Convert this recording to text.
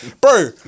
Bro